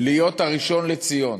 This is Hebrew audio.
להיות הראשון לציון,